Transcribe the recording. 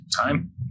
time